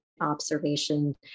observation